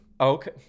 Okay